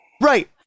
Right